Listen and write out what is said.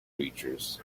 creatures